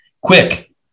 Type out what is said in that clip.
quick